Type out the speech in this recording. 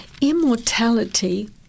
immortality